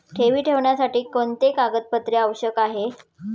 ठेवी ठेवण्यासाठी कोणते कागदपत्रे आवश्यक आहे?